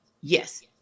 yes